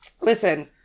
Listen